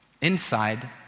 Inside